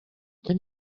can